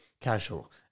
casual